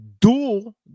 dual